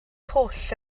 pwll